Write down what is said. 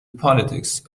politics